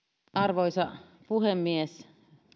arvoisa puhemies